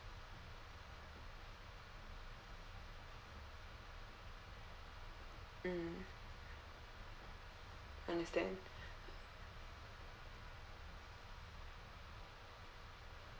mm understand